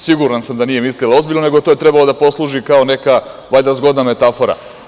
Siguran sam da nije mislila ozbiljno, nego je to trebalo da posluži kao neka valjda zgodna metafora.